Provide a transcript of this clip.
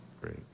Great